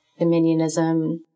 dominionism